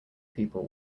people